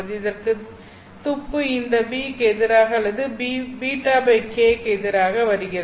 இதற்கு துப்பு இந்த B எதிராக அல்லது β k எதிராக வருகிறது